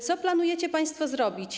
Co planujecie państwo zrobić?